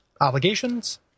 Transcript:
obligations